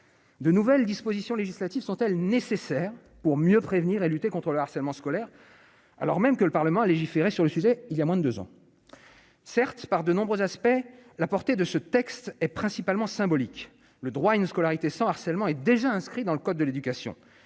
de nouvelles dispositions législatives sont-elles nécessaires pour mieux prévenir et lutter contre le harcèlement scolaire alors même que le Parlement à légiférer sur le sujet, il y a moins de 2 ans, certes par de nombreux aspects, la portée de ce texte est principalement symbolique, le droit à une scolarité sans harcèlement est déjà inscrit dans le code de l'éducation,